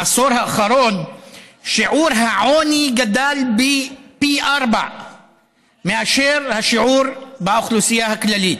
בעשור האחרון שיעור העוני גדל פי ארבעה מאשר השיעור באוכלוסייה הכללית.